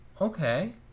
okay